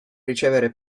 ricevere